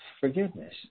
forgiveness